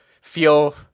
feel